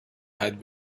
had